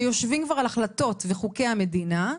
שיושבים כבר על החלטות וחוקי המדינה,